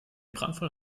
brandfall